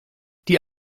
die